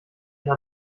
ihr